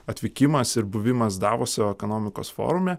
atvykimas ir buvimas davoso ekonomikos forume